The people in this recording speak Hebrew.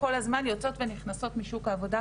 כל הזמן יוצאות ונכנסות משוק העבודה,